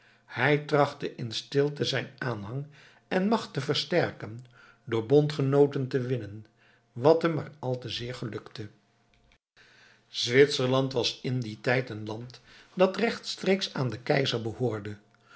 hij trachtte in stilte zijn aanhang en macht te versterken door bondgenooten te winnen wat hem maar al te zeer gelukte zwitserland was in dien tijd een land dat rechtstreeks aan den keizer behoorde